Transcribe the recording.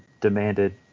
demanded